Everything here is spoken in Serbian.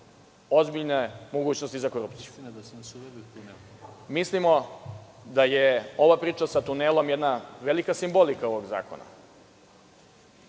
ozbiljne mogućnosti za korupciju. Mislimo da je ova priča sa tunelom jedna velika simbolika ovog zakona.